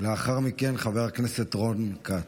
לאחר מכן, חבר הכנסת רון כץ.